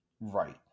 Right